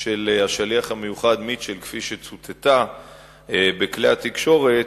של השליח המיוחד מיטשל, כפי שצוטטה בכלי התקשורת,